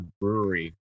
Brewery